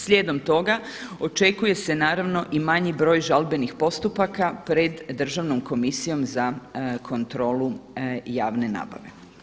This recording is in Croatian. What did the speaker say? Slijedom toga očekuje se naravno i manji broj žalbenih postupaka pred Državnom komisijom za kontrolu javne nabave.